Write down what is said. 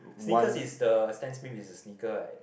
sneakers is the Stan Smith is a sneaker right